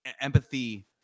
empathy